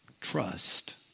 trust